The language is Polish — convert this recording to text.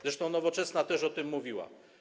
Zresztą Nowoczesna też o tym mówiła.